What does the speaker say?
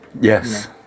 yes